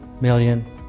million